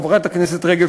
חברת הכנסת רגב,